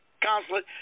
consulate